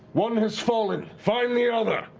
one has fallen. find the other,